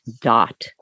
dot